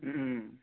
হুম